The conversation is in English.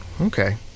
Okay